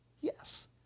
yes